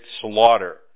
slaughter